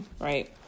right